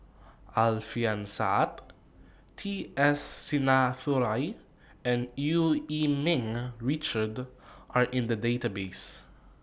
Alfian Sa'at T S Sinnathuray and EU Yee Ming Richard Are in The Database